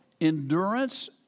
endurance